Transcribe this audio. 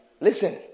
listen